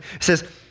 says